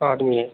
आदमी है